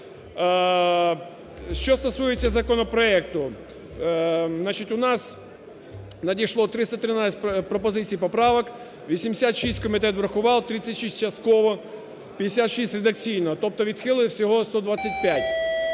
Що стосується законопроекту, значить, у нас надійшло 313 пропозицій, поправок. 86 – комітет врахував, 33 – частково, 56 – редакційно. Тобто відхилив усього 125.